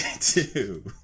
two